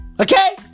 Okay